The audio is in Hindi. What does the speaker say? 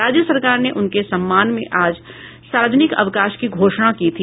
राज्य सरकार ने उनके सम्मान में आज सार्वजनिक अवकाश की घोषणा की थी